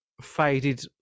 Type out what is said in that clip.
faded